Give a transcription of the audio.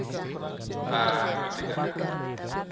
ᱟᱨ ᱢᱤᱫᱴᱮᱡ ᱠᱟᱛᱷᱟ